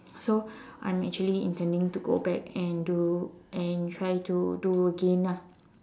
so I'm actually intending to go back and do and try to do again ah